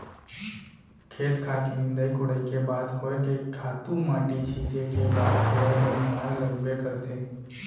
खेत खार के निंदई कोड़ई के बात होय के खातू माटी छींचे के बात होवय बनिहार लगबे करथे